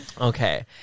Okay